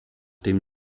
dem